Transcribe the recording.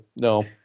No